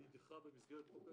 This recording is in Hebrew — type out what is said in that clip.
זה נדחה במסגרת חוק ההסדרים,